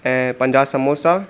ऐं पंजाह सम्बोसा